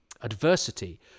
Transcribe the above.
adversity